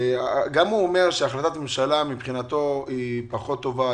גם הוא אומר שמבחינתו החלטת ממשלה היא פחות טובה.